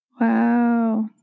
wow